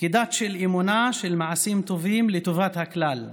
כדת של אמונה, של מעשים טובים לטובת הכלל,